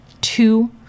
two